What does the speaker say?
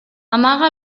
amaga